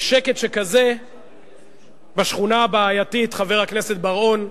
שקט שכזה בשכונה הבעייתית, חבר הכנסת בר-און,